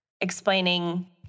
explaining